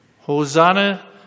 Hosanna